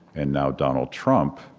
and now donald trump,